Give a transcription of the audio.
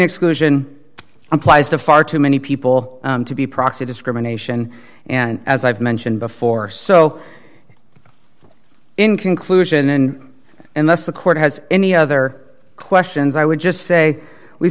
exclusion applies to far too many people to be proxy discrimination and as i've mentioned before so in conclusion and unless the court has any other questions i would just say we